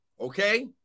Okay